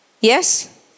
Yes